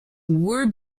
were